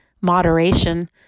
moderation